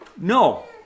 No